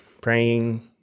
praying